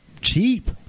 cheap